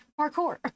Parkour